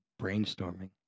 brainstorming